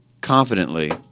confidently